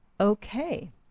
Okay